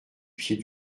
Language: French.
pied